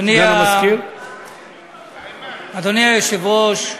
אדוני היושב-ראש,